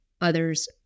others